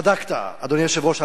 אדוני היושב-ראש, צדקת אתמול